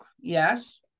yes